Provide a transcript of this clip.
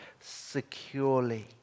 securely